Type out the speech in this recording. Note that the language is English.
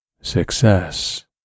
success